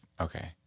Okay